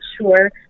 sure